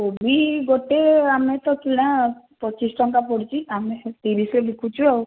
କୋବି ଗୋଟେ ଆମେ ତ କିଣା ପଚିଶ ଟଙ୍କା ପଡ଼ୁଛି ଆମେ ତିରିଶରେ ବିକୁଛୁ ଆଉ